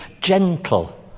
gentle